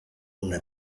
una